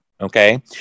okay